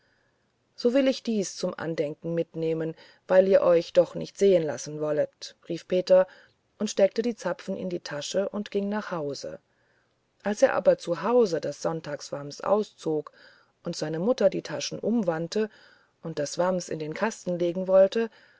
so will ich dies zum andenken mitnehmen weil ihr euch doch nicht sehen lassen wollet rief peter steckte die zapfen in die tasche und ging nach hause aber als er zu hause das sonntagswams auszog und seine mutter die taschen umwandte und das wams in den kasten legen wollte